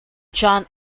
john